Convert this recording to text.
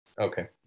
okay